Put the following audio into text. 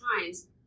times